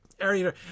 area